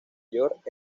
york